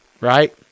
right